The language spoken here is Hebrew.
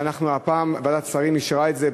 אבל הפעם ועדת השרים אישרה את זה,